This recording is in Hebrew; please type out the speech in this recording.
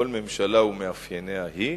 כל ממשלה ומאפייניה היא,